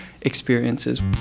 experiences